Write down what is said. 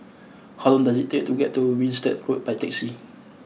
how long does it take to get to Winstedt Road by taxi